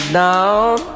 down